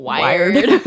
Wired